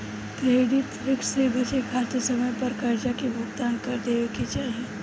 credit risk से बचे खातिर समय पर करजा के भुगतान कर देवे के चाही